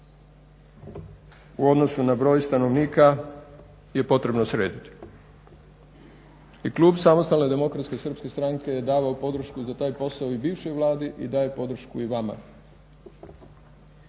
u odnosu na broj stanovnika je potrebno srediti. I klub SDSS-a je davao podršku za taj posao i bivšoj vladi i daje podršku i vama.